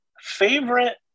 Favorite